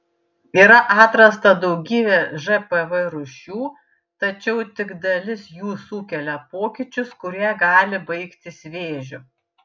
yra atrasta daugybė žpv rūšių tačiau tik dalis jų sukelia pokyčius kurie gali baigtis vėžiu